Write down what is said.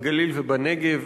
בגליל ובנגב,